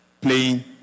playing